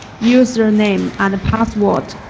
user name, and password.